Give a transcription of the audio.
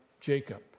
Jacob